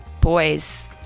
boys